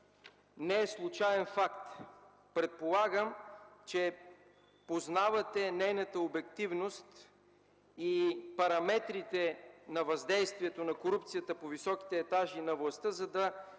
не е случаен факт. Предполагам, че познавате нейната обективност и параметрите на въздействието на корупцията по високите етажи на властта, за да